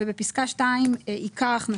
מדובר רק על אלה שלא מקבלים שכר.